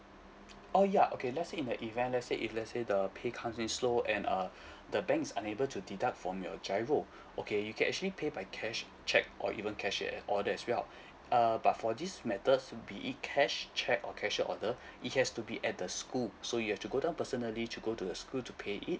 oh ya okay let's say in the event let's say if let's say the pay comes in slow and uh the bank is unable to deduct from your giro okay you can actually pay by cash cheque or even cashier order as well uh but for this matters would be E cash cheque or cashier order it has to be at the school so you have to go down personally to go to the school to pay it